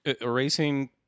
Erasing